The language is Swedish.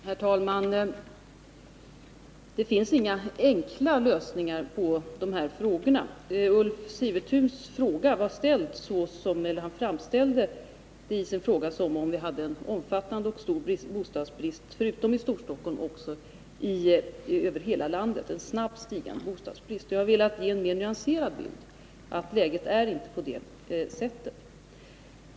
Herr talman! Det finns inga enkla lösningar på de här frågorna. Ulf Sivertun framställde sin fråga som om vi hade en omfattande och snabbt stigande bostadsbrist förutom i Stockholm också över hela landet. Jag har velat ge en mer nyanserad bild av läget.